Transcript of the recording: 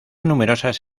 numerosas